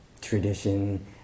tradition